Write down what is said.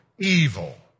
evil